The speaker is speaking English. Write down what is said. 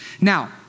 Now